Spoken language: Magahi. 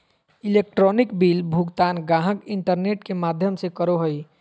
इलेक्ट्रॉनिक बिल भुगतान गाहक इंटरनेट में माध्यम से करो हइ